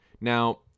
Now